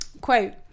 quote